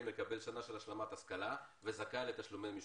מקבל שנה השלמת השכלה וזכאי לתשלומי משפחה.